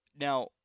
Now